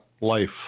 Life